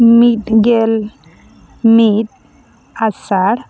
ᱢᱤᱫ ᱜᱮᱞ ᱢᱤᱫ ᱟᱥᱟᱲ